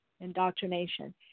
indoctrination